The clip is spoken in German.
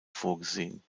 vorgesehen